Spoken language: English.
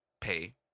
pay